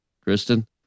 Kristen